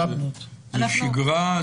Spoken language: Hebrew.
זה שגרה?